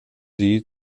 sie